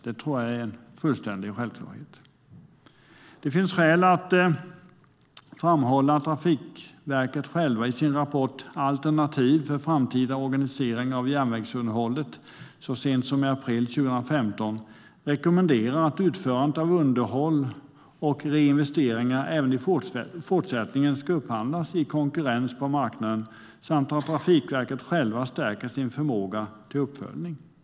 Det tror jag är en självklarhet. Det finns skäl att framhålla att Trafikverket självt i sin rapport Alternativ för framtida organisering av järnvägsunderhållet så sent som i april 2015 rekommenderade att utförandet av underhåll och reinvesteringar även i fortsättningen ska upphandlas i konkurrens på marknaden samt att Trafikverket självt stärker sin förmåga till uppföljning. Herr talman!